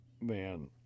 Man